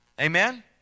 Amen